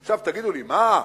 עכשיו, תגידו לי: מה,